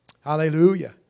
hallelujah